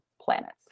planets